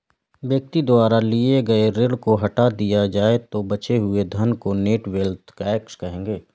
व्यक्ति द्वारा लिए गए ऋण को हटा दिया जाए तो बचे हुए धन को नेट वेल्थ टैक्स कहेंगे